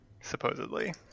Supposedly